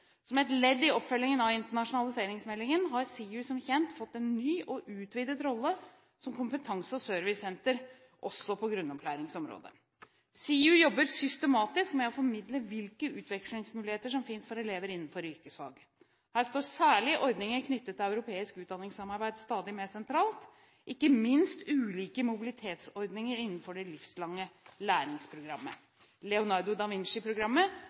Som et ledd i oppfølgingen av internasjonaliseringsmeldingen, har SIU som kjent fått en ny og utvidet rolle som kompetanse- og servicesenter også på grunnopplæringsområdet. SIU jobber systematisk med å formidle hvilke utvekslingsmuligheter som finnes for elever innenfor yrkesfag. Her står særlig ordninger knyttet til europeisk utdanningssamarbeid stadig mer sentralt – ikke minst ulike mobilitetsordninger innenfor